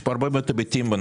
יש הרבה היבטים בנושא הזה.